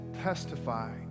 testify